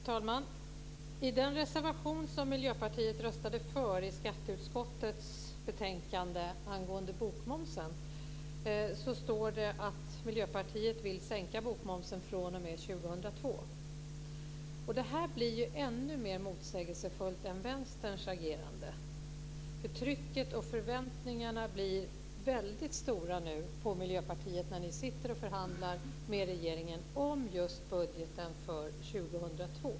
Fru talman! I den reservation som Miljöpartiet röstade för i skatteutskottets betänkande angående bokmomsen står det att Miljöpartiet vill sänka bokmomsen fr.o.m. 2002. Detta blir ännu mer motsägelsefullt än Vänsterns agerande. Trycket och förväntningarna på er i Miljöpartiet blir väldigt stora nu när ni sitter och förhandlar med regeringen om just budgeten för 2002.